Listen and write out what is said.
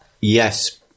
Yes